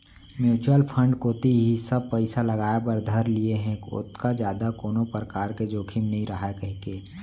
mutual fund कोती ही सब पइसा लगाय बर धर लिये हें ओतका जादा कोनो परकार के जोखिम नइ राहय कहिके